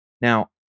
Now